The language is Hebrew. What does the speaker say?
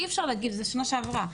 זה היה בשנה שעברה.